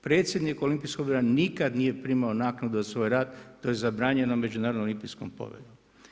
Predsjednik Olimpijskog odbora nikad nije primao naknadu za svoj rad, to je zabranjeno Međunarodnim olimpijskom poveljom.